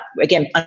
again